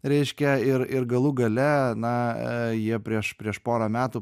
reiškia ir ir galų gale na jie prieš prieš porą metų